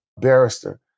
barrister